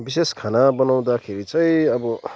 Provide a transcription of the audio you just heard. विशेष खाना बनाउँदाखेरि चाहिँ अब